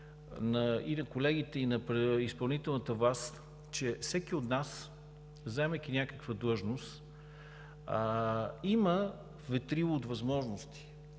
и на колегите, и на изпълнителната власт, че всеки от нас, заемайки някаква длъжност, има ветрило от възможности.